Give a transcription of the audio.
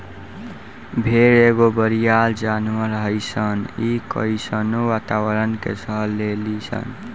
भेड़ एगो बरियार जानवर हइसन इ कइसनो वातावारण के सह लेली सन